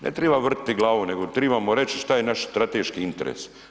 Ne triba vrtiti glavom nego tribamo reći šta je naš strateški interes.